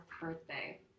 birthday